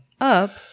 up